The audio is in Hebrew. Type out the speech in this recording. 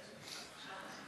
שלוש דקות